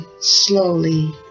slowly